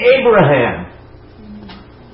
Abraham